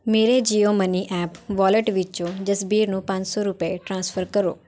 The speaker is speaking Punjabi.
ਮੇਰੇ ਜੀਓ ਮਨੀ ਐਪ ਵੋਲੇਟ ਵਿੱਚੋਂ ਜਸਬੀਰ ਨੂੰ ਪੰਜ ਸੌ ਰੁਪਏ ਟ੍ਰਾਂਸਫਰ ਕਰੋ